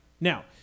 Now